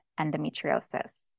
endometriosis